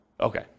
Okay